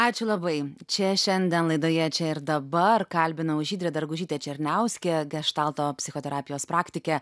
ačiū labai čia šiandien laidoje čia ir dabar kalbinau žydrę dargužytę černiauskę geštalto psichoterapijos praktikę